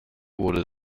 wurde